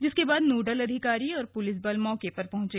जिसके बाद नोडल अधिकारी और पुलिस बल मौके पर पहंचे